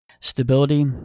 Stability